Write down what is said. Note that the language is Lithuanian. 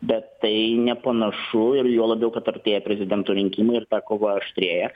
bet tai nepanašu ir juo labiau kad artėja prezidento rinkimai ir ta kova aštrėja